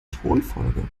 thronfolge